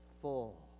full